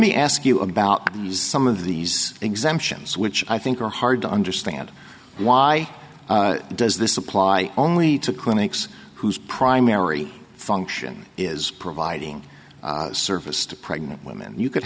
me ask you about some of these exemptions which i think are hard to understand why does this apply only to clinics whose primary function is providing service to pregnant women you could